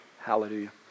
Hallelujah